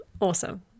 Awesome